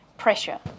pressure